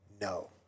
No